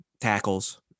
tackles